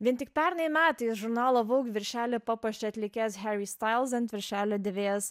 vien tik pernai metais žurnalo voug viršelį papuošė atlikęs hary stails ant viršelio dėvėjęs